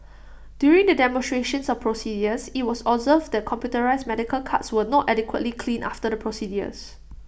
during the demonstrations of procedures IT was observed that the computerised medical carts were not adequately cleaned after the procedures